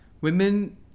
women